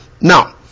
Now